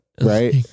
Right